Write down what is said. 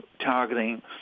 targeting